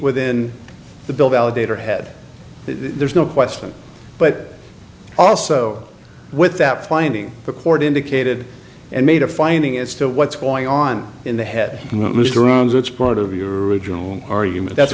within the bill validator head there's no question but also with that finding the court indicated and made a finding as to what's going on in the head that's part of your original argument that's